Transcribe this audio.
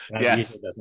Yes